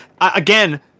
again